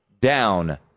down